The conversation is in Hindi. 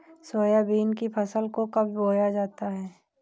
सोयाबीन की फसल को कब बोया जाता है?